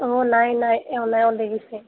অঁ নাই নাই এওঁ নাই ওলাই গৈছে